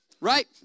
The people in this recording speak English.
right